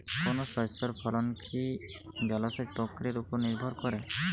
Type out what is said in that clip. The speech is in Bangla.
কোনো শস্যের ফলন কি জলসেচ প্রক্রিয়ার ওপর নির্ভর করে?